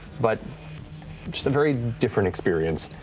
but just a very different experience.